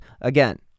again